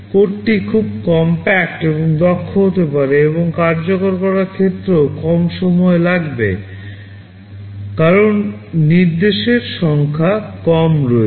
কোডটি খুব কমপ্যাক্ট এবং দক্ষ হতে পারে এবং কার্যকর করার ক্ষেত্রেও কম সময় লাগবে কারণ নির্দেশের সংখ্যা কম রয়েছে